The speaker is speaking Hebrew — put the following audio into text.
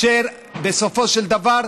בסופו של דבר,